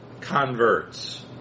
converts